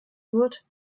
wird